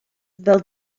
fel